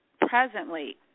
presently